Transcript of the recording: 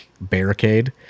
barricade